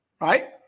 right